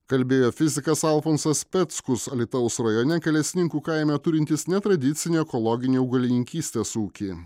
kalbėjo fizikas alfonsas peckus alytaus rajone kalesninkų kaime turintis netradicinį ekologinį augalininkystės ūkį